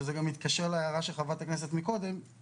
שזה גם מתקשר להערה של חברת הכנסת קודם,